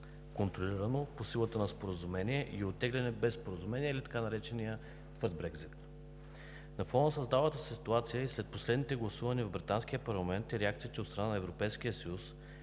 контролирано по силата на Споразумение, оттегляне без споразумение или така нареченият „твърд Брекзит“. На фона на създалата се ситуация след последните гласувания в Британския парламент и реакциите от страна на Европейския съюз